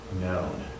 known